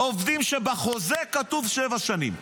עובדים שבחוזה שלהם כתוב שבע שנים.